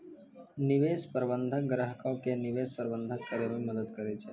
निवेश प्रबंधक ग्राहको के निवेश प्रबंधन करै मे मदद करै छै